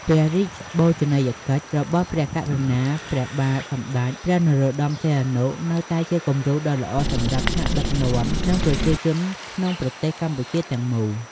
ព្រះរាជបូជនីយកិច្ចរបស់ព្រះករុណា ព្រះបាទសម្ដេចព្រះនរោត្ដម សីហនុ នៅតែជាគំរូដ៏ល្អសម្រាប់ថ្នាក់ដឹកនាំ និងប្រជាជនក្នុងប្រទេសកម្ពុជាទាំងមូល។